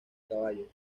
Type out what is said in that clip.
caballos